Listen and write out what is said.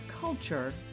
culture